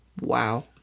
wow